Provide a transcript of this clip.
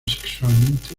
sexualmente